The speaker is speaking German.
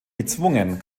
gezwungen